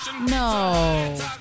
No